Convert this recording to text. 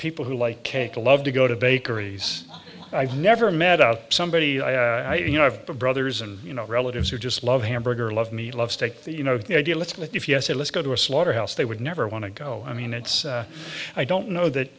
people who like cake love to go to bakeries i've never met out somebody you know of the brothers and you know relatives who just love hamburger love me love steak the you know the idea let's let us say let's go to a slaughterhouse they would never want to go i mean it's i don't know that